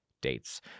dates